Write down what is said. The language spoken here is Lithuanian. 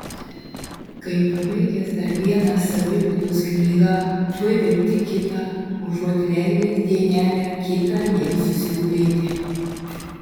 kai pabaigęs dar vieną saviugdos knygą tuoj verti kitą užuot leidęs dienelę kitą jai susigulėti